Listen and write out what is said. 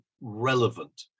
relevant